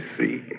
see